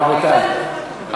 רבותי,